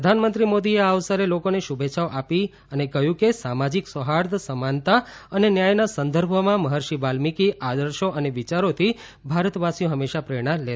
પ્રધાનમંત્રી મોદીએ આ અવસરે લોકોને શુભેચ્છાઓ આપી અને કહ્યું કે સામાજિક સૌહાર્દ સમાનતા અને ન્યાયના સંદર્ભમાં મફર્ષિ વાલ્મિકી આદર્શો અને વિચારોથી ભારતવાસીઓ ફંમેશાં પ્રેરણા લેતા રહેશે